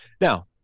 Now